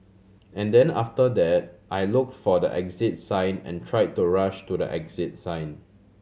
and then after that I looked for the exit sign and tried to rush to the exit sign